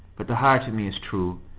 but the heart of me is true.